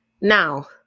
Now